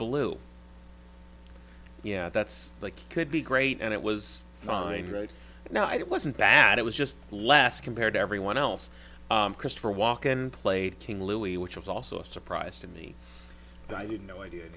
blue yeah that's like could be great and it was fine right now it wasn't bad it was just last compared to everyone else christopher walken played king louis which was also a surprise to me and i didn't know i